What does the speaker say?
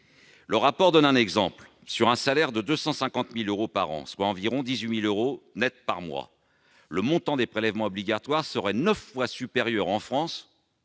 Le rapport donne un exemple : sur un salaire de 250 000 euros par an, soit environ 18 000 euros net par mois, le montant des prélèvements obligatoires serait neuf fois supérieur en France